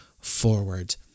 forward